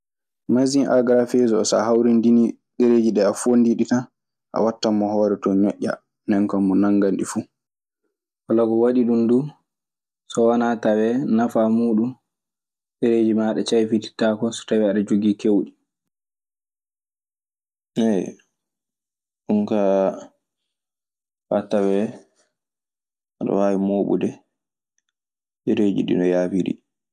Masin agarafeez o so hawrindini ndereeji ɗii a fonndii ɗi tan; a wattan mo hoore too ñoƴƴaa. Nde kaa mo nanngaɗi fuu. Walaa ko waɗi ɗun duu so wanaa tawee nafaa muuɗun. Ɗereeji maaɗa caypitittaako so tawiii aɗe jogii keewɗi. Ɗun kaa, faa tawee ana waawi mooɓude ɗereeji ɗii no yaafiri.